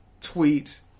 tweet